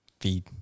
Feed